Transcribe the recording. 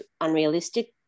unrealistic